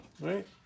right